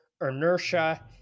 inertia